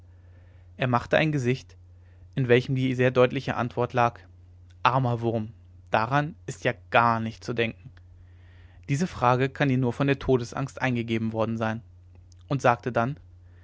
er machte ein gesicht in welchem die sehr deutliche antwort lag armer wurm daran ist ja gar nicht zu denken diese frage kann dir nur von der todesangst eingegeben worden sein und sagte dann